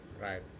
Right